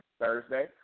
Thursday